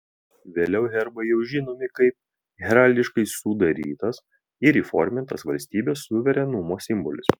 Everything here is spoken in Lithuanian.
vėliau herbai jau žinomi kaip heraldiškai sudarytas ir įformintas valstybės suverenumo simbolis